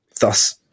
thus